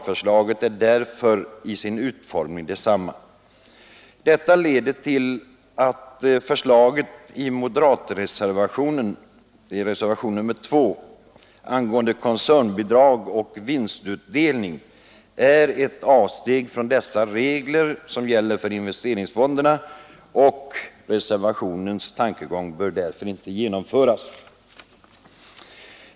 Förslaget i moderatreserva tionen, betecknad med nr 2, angående koncernbidrag och vinstutdelning innebär ett avsteg från reglerna för investeringsfonder, och reservationens tankegång bör därför inte genomföras.